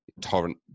torrent